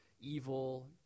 evil